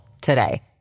today